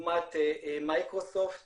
כדוגמת מייקרוסופט